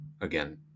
again